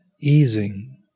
easing